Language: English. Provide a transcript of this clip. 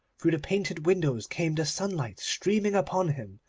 through the painted windows came the sunlight streaming upon him,